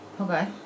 Okay